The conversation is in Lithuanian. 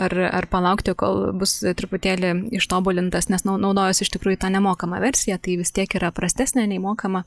ar ar palaukti kol bus truputėlį ištobulintas nes nau naudojausi iš tikrųjų ta nemokama versija tai vis tiek yra prastesnė nei mokama